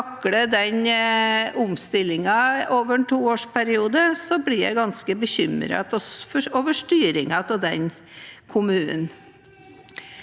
takle den omstillingen over en toårsperiode, blir jeg ganske bekymret over styringen av den kommunen.